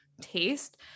taste